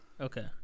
Okay